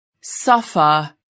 suffer